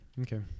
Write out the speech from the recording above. Okay